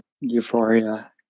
euphoria